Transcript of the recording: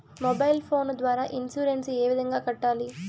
mobile phone ద్వారా insurance ఏ విధంగా కట్టాలి